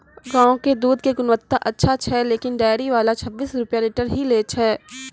गांव के दूध के गुणवत्ता अच्छा छै लेकिन डेयरी वाला छब्बीस रुपिया लीटर ही लेय छै?